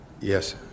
Yes